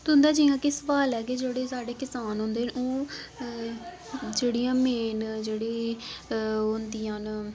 तुं'दा जियां कि सोआल ऐ कि जेह्ड़े साढ़े किसान होंदे न ओह् जेह्ड़ियां मेन जेह्ड़ी ओह् होंदियां न